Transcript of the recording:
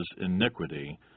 iniquity